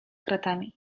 kratami